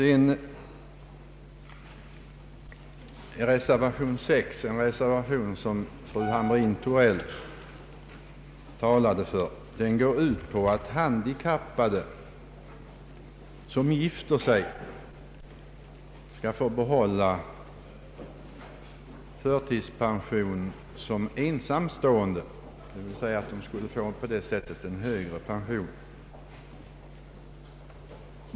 Reservation 6, som fru Hamrin-Thorell talade för, går ut på att handikappade som gifter sig skall få behålla förtidspension som ensamstående. De skulle på det sättet få en högre pension.